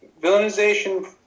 Villainization